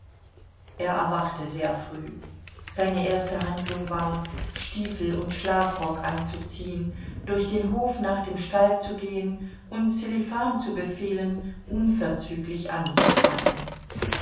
er erwachte sehr früh seine erste handlung war stiefel und schlafrock anzuziehen durch den hof nach dem stall zu gehen und sselifan zu befehlen unverzüglich anzuspannen